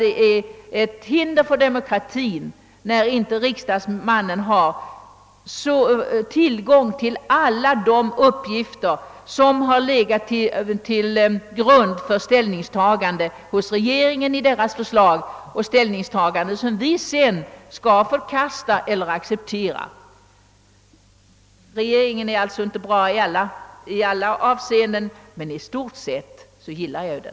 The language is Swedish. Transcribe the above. Det utgör ett hinder för demokratin att riksdagsledamoten inte har tillgång till alla de uppgifter, som har legat till grund för regeringens förslag, som vi skall förkasta eller acceptera. Regeringen är alltså inte bra i alla avseenden, men i stort sett gillar jag den.